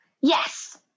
Yes